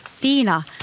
Tina